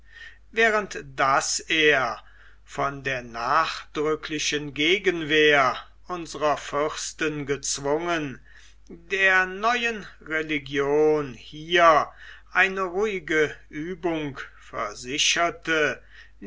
während daß er von der nachdrücklichen gegenwehr unserer fürsten gezwungen der neuen religion hier eine ruhige uebung versicherte